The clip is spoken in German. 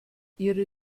ihre